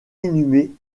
inhumé